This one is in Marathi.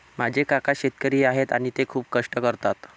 माझे काका शेतकरी आहेत आणि ते खूप कष्ट करतात